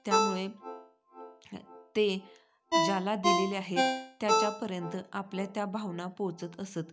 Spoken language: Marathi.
त्यामुळे ते ज्याला दिलेले आहेत त्याच्यापर्यंत आपल्या त्या भावना पोचत असत